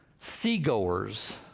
seagoers